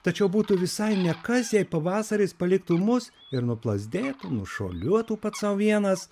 tačiau būtų visai nekas jei pavasaris paliktų mus ir nuo plazdėtų nušuoliuotų pats sau vienas